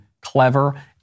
clever